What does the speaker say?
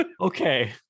Okay